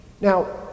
Now